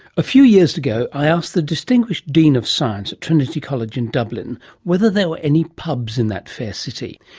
a few years ago i asked the distinguished dean of science at trinity college in dublin whether there were any pubs in that fair city.